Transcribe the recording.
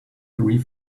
three